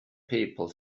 people